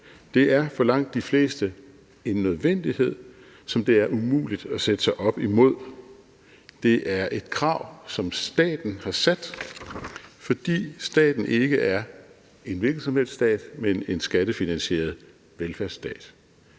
det er for langt de fleste en nødvendighed, som det er umuligt at sætte sig op imod. Det er et krav, som staten har sat, fordi staten ikke er en hvilken som helst stat, men en skattefinansieret velfærdsstat.